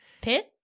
Pit